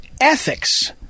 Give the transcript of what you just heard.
ethics